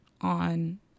on